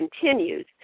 continues